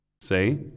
Say